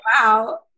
wow